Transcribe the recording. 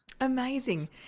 Amazing